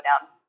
down